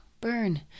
Burn